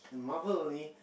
Marvel only